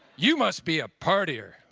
you must be a partier!